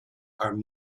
are